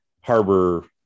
harbor